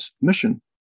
mission